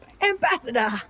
Ambassador